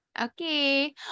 okay